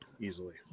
easily